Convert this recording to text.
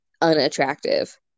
unattractive